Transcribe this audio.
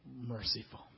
merciful